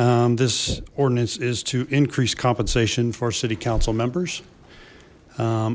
n this ordinance is to increase compensation for city council members